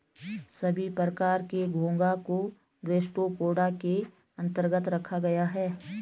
सभी प्रकार के घोंघा को गैस्ट्रोपोडा के अन्तर्गत रखा गया है